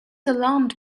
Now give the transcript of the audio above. alarmed